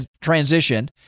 transition